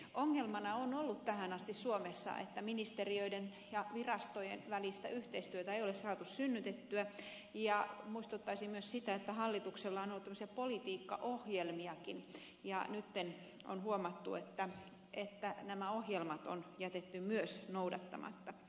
ongelmana on ollut tähän asti suomessa että ministeriöiden ja virastojen välistä yhteistyötä ei ole saatu synnytettyä ja muistuttaisin myös siitä että hallituksella on ollut tämmöisiä politiikkaohjelmiakin ja nyt on huomattu että nämä ohjelmat on jätetty myös noudattamatta